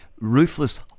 Ruthless